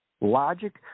logic